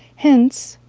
hence,